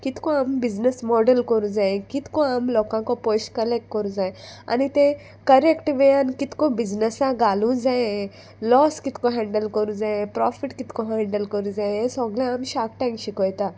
कितको आम business model कोरूं जाय कितको आम लोकांक पयशे कलेक्ट करूं जाय आनी तें करेक्ट वे कितको बिजनसा घालूं जाय लॉस कितको हँडल करूं जाय प्रोफीट कितको हँडल करूं जाय हें सोगलें आमी शार्क टँक शिकयता